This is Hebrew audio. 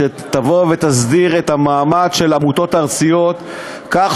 שתבוא ותסדיר את המעמד של עמותות ארציות כך